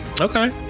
Okay